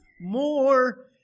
more